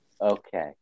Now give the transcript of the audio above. Okay